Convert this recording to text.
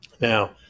Now